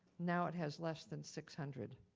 now it has less than six hundred.